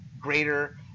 greater